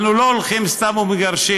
אנחנו לא הולכים סתם ומגרשים,